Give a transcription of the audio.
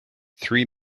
three